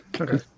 Okay